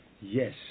Yes